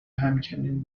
همچنین